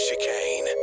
chicane